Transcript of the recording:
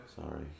Sorry